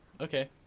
okay